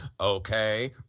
okay